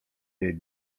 jej